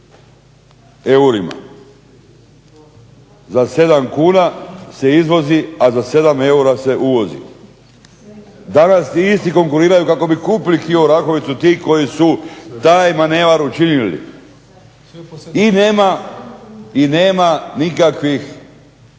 eurima. Za 7 kuna se izvozi a za 7 eura se uvozi. Danas ti isti konkuriraju kako bi kupili Orahovicu ti koji su taj manevar učinili i nema nikakvih